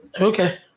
Okay